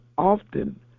often